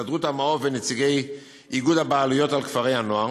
הסתדרות המעו"ף ונציגי איגוד הבעלויות על כפרי-הנוער.